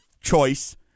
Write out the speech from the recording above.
choice